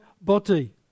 body